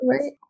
right